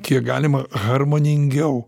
kiek galima harmoningiau